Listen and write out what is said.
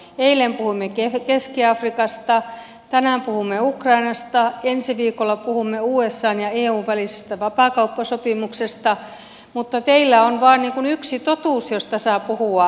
eilen puhuimme keski afrikasta tänään puhumme ukrainasta ensi viikolla puhumme usan ja eun välisestä vapaakauppasopimuksesta mutta teillä on vain yksi totuus josta saa puhua